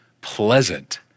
pleasant